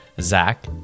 Zach